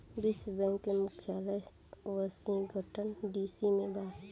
विश्व बैंक के मुख्यालय वॉशिंगटन डी.सी में बावे